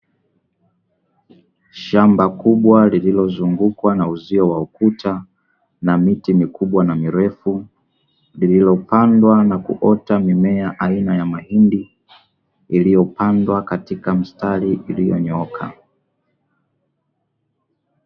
Shamba kubwa lililozungukwa na uzio wa ukuta na miti mikubwa na mirefu, lililopandwa na kuota mimea aina ya mahindi liyopandwa na kuota katika mistari iliyonyooka.